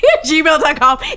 gmail.com